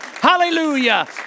hallelujah